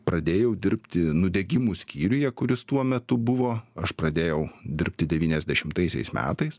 pradėjau dirbti nudegimų skyriuje kuris tuo metu buvo aš pradėjau dirbti devyniasdešimtaisiais metais